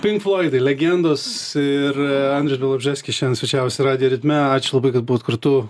pink floidai legendos ir andrius bialobžeskis šiandien svečiavosi radijo ritme ačiū labai kad buvot kartu